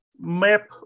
map